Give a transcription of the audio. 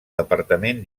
departament